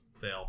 fail